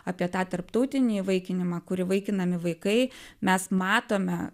apie tą tarptautinį įvaikinimą kur įvaikinami vaikai mes matome